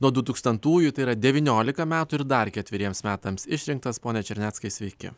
nuo du tūkstantųjų tai yra devyniolika metų ir dar ketveriems metams išrinktas pone černeckai sveiki